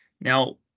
Now